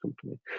company